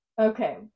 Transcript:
Okay